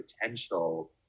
potential